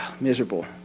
miserable